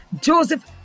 Joseph